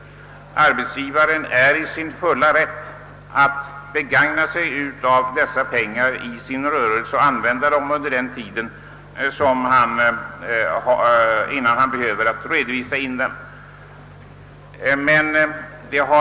Arbetsgivaren är i sin fulla rätt att begagna dessa pengar i sin rörelse under den tid som förlöper innan han behöver redovisa pengarna till myndigheterna.